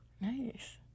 Nice